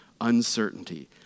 Uncertainty